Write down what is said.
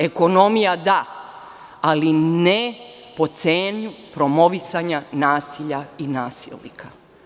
Ekonomija da, ali ne po cenu promovisanja nasilja i nasilnika.